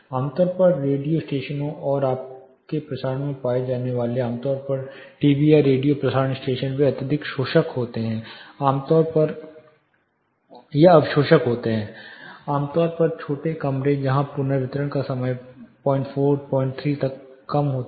आमतौर पर रेडियो स्टेशनों और आपके प्रसारण में पाए जाने वाले आमतौर पर टीवी या रेडियो प्रसारण स्टेशन वे अत्यधिक अवशोषक होते हैं आमतौर पर छोटे कमरे जहां पुनर्वितरण का समय 04 03 तक कम होता है